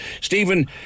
Stephen